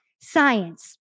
Science